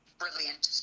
brilliant